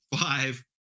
five